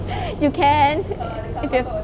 you can if you~